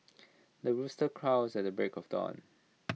the rooster crows at the break of dawn